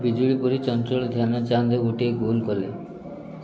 ବିଜୁଳି ପରି ଚଞ୍ଚଳ ଧ୍ୟାନ ଚାନ୍ଦ ଗୋଟିଏ ଗୋଲ୍ କଲେ